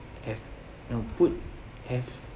have know put have